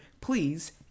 Please